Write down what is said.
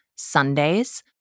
Sundays